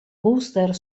booster